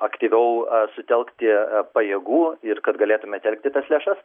aktyviau sutelkti pajėgų ir kad galėtumėt telkti tas lėšas